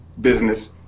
business